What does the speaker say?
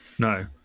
No